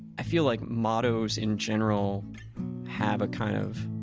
i feel like mottos in general have a kind of